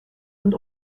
und